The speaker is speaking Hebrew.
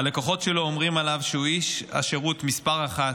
הלקוחות שלו אומרים עליו שהוא איש שירות מס' אחת,